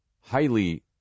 highly